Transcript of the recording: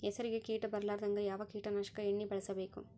ಹೆಸರಿಗಿ ಕೀಟ ಬರಲಾರದಂಗ ಯಾವ ಕೀಟನಾಶಕ ಎಣ್ಣಿಬಳಸಬೇಕು?